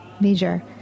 major